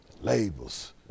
Labels